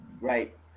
Right